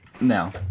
No